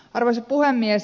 arvoisa puhemies